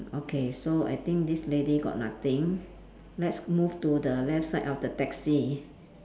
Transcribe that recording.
okay so I think this lady got nothing let's move to the left side of the taxi